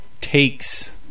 takes